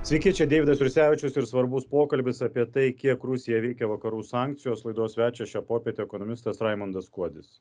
sveiki čia deividas jursevičius ir svarbus pokalbis apie tai kiek rusiją veikia vakarų sankcijos laidos svečio šią popietę ekonomistas raimundas kuodis